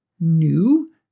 new